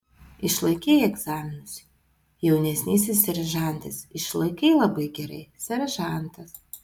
išlaikei egzaminus jaunesnysis seržantas išlaikei labai gerai seržantas